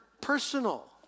personal